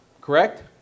correct